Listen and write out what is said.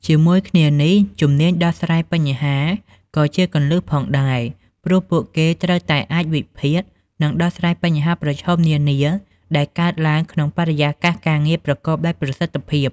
ជាមួយគ្នានេះ ជំនាញដោះស្រាយបញ្ហា ក៏ជាគន្លឹះផងដែរ ព្រោះពួកគេត្រូវតែអាចវិភាគ និងដោះស្រាយបញ្ហាប្រឈមនានាដែលកើតឡើងក្នុងបរិយាកាសការងារប្រកបដោយប្រសិទ្ធភាព។